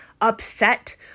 upset